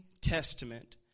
testament